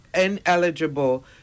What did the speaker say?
ineligible